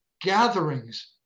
gatherings